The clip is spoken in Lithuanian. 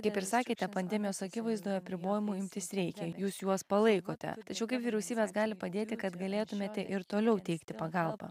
kaip ir sakėte pandemijos akivaizdoje apribojimų imtis reikia jūs juos palaikote tačiau kaip vyriausybės gali padėti kad galėtumėte ir toliau teikti pagalbą